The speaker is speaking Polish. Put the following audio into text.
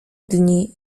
dni